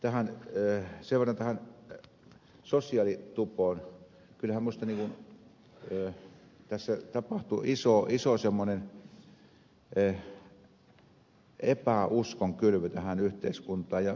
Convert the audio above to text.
sen verran tähän sosiaalitupoon että kyllähän minusta tässä tapahtui semmoinen iso epäuskon kylvö tähän yhteiskuntaan